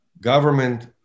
government